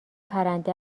پرنده